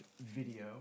video